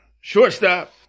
Shortstop